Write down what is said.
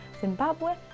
Zimbabwe